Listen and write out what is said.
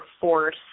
force